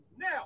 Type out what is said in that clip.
Now